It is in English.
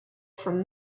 from